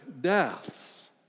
deaths